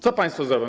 Co państwo zrobią?